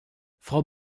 frau